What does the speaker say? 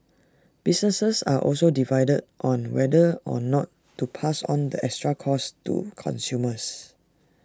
businesses are also divided on whether or not to pass on the extra costs to consumers